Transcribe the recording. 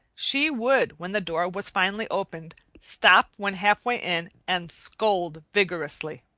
she would, when the door was finally opened, stop when halfway in and scold vigorously.